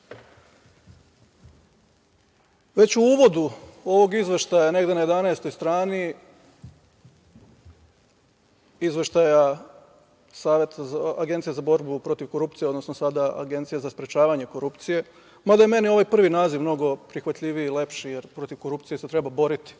u uvodu ovog izveštaja negde na 11 strani, izveštaja Agencije za borbu protiv korupcije, odnosno sada Agencije za sprečavanje korupcije, mada je meni ovaj prvi naziv prihvatljiviji, lepši, protiv korupcije se treba boriti,